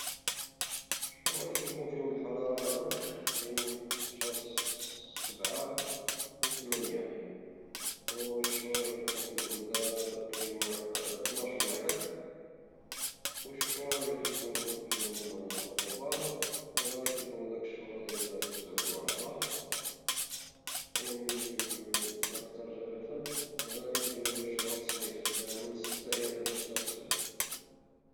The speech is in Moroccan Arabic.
الشهورا لي كيكون فيهم الحرارة شهر سبعة وتمانية والشهور لي كيكون فيهم البرودة كاين طناش وواحد والشهور لي كيكون فيهم الرطوبة في الغالب كيكونو ديك الشهور تسعود وعشرة والشهور لي كاين فيها الجفاف غالبا الشهور د الصيف كتكون من ستة إلى تسعود.